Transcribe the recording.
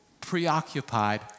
preoccupied